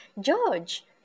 George